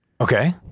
Okay